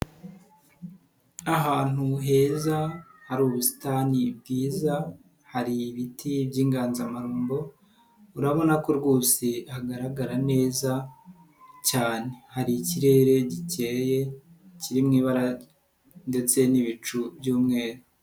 Ahantu heza hari ubusitani bwiza hari ibiti by'inganzamarumbo, urabona ko rwose hagaragara neza cyane, hari ikirere gikeye kiri mu ibara ndetse n'ibicu by'umweru.